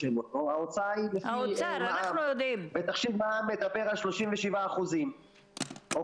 ההוצאה היא לפי מע"מ ותחשיב מע"מ מדבר על 37% מבחינת